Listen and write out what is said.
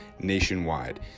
nationwide